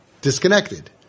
disconnected